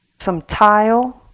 some tile,